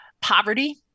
poverty